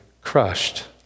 crushed